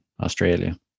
Australia